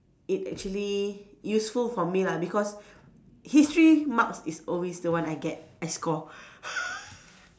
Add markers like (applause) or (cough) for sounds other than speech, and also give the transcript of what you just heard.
it actually useful for me lah because history marks is always the one I get I score (laughs)